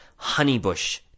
honeybush